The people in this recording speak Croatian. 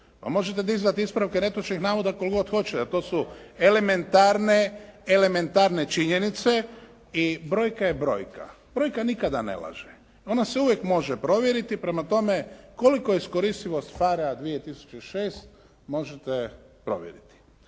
možete dizati ispravke netočnih navoda koliko god hoćete to su elementarne činjenice i brojka je brojka. Brojka nikada ne laže. Ona se uvijek može provjeriti. Prema tome koliko je iskoristivost PHARE-a 2006 možete provjeriti.